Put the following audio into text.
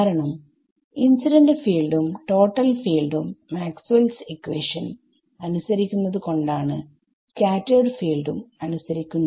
കാരണം ഇൻസിഡന്റ് ഫീൽഡും ടോട്ടൽ ഫീൽഡും മാക്സ്വെൽ ഇക്വെഷൻ Maxwells equation അനുസരിക്കുന്നത് കൊണ്ടാണ് സ്കാറ്റെർഡ് ഫീൽഡും അനുസരിക്കുന്നത്